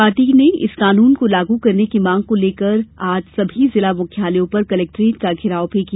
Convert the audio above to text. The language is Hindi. पार्टी ने इस कानून को लागू करने की मांग को लेकर आज सभी जिला मुख्यालयों पर कलेक्ट्रेट का घेराव भी किया